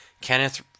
Kenneth